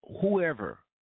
Whoever